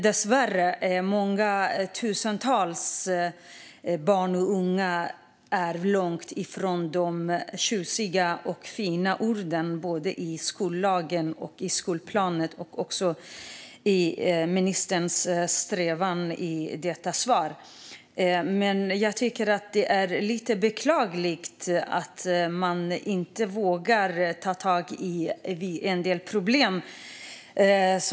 Dessvärre är tusentals barn och unga långt ifrån de tjusiga och fina orden i skollagen och läroplanen och som ministern i detta svar säger är strävan. Det är lite beklagligt att man inte vågar ta tag i en del problem.